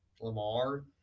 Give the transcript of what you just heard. Lamar